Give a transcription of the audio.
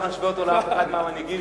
לא נשווה אותו לאף אחד מהמנהיגים,